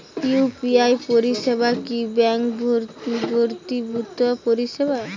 UPI পরিসেবা কি bank বর্হিভুত পরিসেবা?